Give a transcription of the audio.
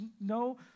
no